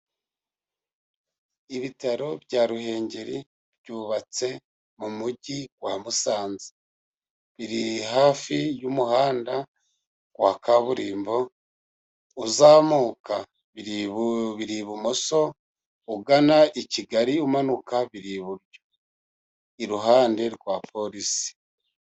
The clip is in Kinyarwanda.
Ibitaro bya Ruhengeri byubatse mu mujyi wa Musanze, biri hafi y'umuhanda wa kaburimbo. Uzamuka biri ibumoso ugana i Kigali umanuka biri iburyo iruhande rwa polisi.